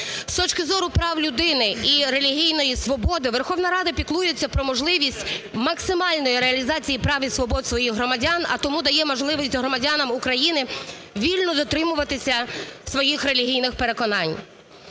З точки зору прав людини і релігійної свободи Верховна Рада піклується про можливість максимальної реалізації прав і свобод своїх громадян, а тому дає можливість громадянам України вільно дотримуватися своїх релігійних переконань.